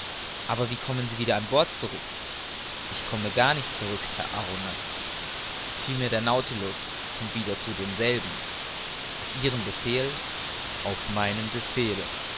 aber wie kommen sie wieder an bord zurück ich komme gar nicht zurück herr arronax vielmehr der nautilus kommt wieder zu demselben auf ihren befehl auf meinen befehl